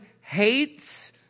hates